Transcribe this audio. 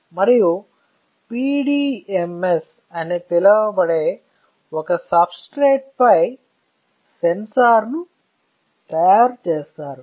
మరియు PDMS అని పిలువబడే ఒక సబ్స్ట్రేట్ పై సెన్సార్ ను తయారు చేస్తారు